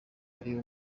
ari